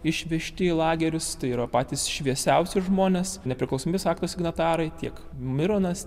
išvežti į lagerius tai yra patys šviesiausi žmonės nepriklausomybės akto signatarai tiek mironas